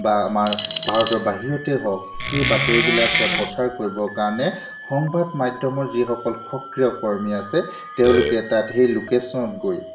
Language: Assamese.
বা আমাৰ ভাৰতৰ বাহিৰতে হওক সেই বাতৰিবিলাক প্ৰচাৰ কৰিবৰ কাৰণে সংবাদ মাধ্যমৰ যিসকল সক্ৰিয় কৰ্মী আছে তেওঁলোকে তাত সেই লোকেশ্যনত গৈ